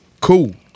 Cool